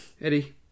Eddie